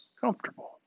comfortable